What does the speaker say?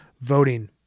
voting